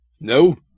No